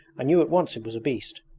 i knew at once it was a beast.